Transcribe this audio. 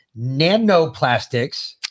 nanoplastics